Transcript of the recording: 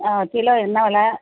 ஆ kilo என்ன விலை